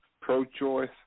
pro-choice